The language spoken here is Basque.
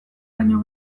baino